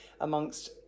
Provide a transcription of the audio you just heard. amongst